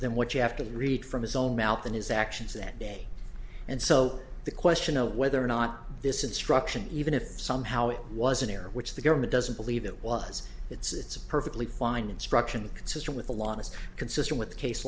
than what you have to read from his own mouth and his actions that day and so the question of whether or not this instruction even if somehow it was an error which the government doesn't believe it was it's a perfectly fine instruction consistent with the law is consistent with the case